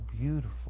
beautiful